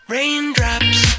Raindrops